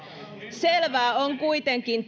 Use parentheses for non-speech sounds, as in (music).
selvää on kuitenkin (unintelligible)